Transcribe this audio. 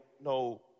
no